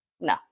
no